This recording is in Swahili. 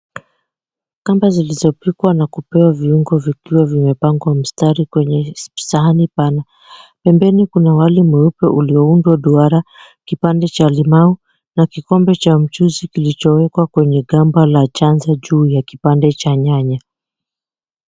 Gamba zilizopikwa na kupewa viungo vikiwa vimepangwa mstari kwenye sahani pana. Pembeni kuna wali mweupe ulioundwa duara, kipande cha limau na kikombe cha mchuzi kilichowekwa kwenye gamba la chanza juu ya kipande cha nyanya.